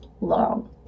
long